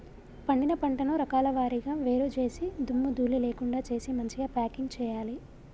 పండిన పంటను రకాల వారీగా వేరు చేసి దుమ్ము ధూళి లేకుండా చేసి మంచిగ ప్యాకింగ్ చేయాలి